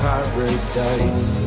Paradise